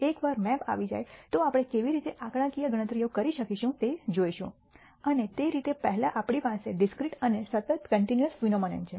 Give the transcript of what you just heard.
એકવાર મેપ આવી જાય તો આપણે કેવી રીતે આંકડાકીય ગણતરીઓ કરી શકીશું તે જોશું અને તે રીતે પહેલાં આપણી પાસે ડિસ્ક્રીટ અને સતત કન્ટિન્યૂઅસ ફિનોમનન છે